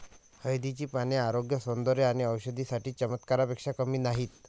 हळदीची पाने आरोग्य, सौंदर्य आणि औषधी साठी चमत्कारापेक्षा कमी नाहीत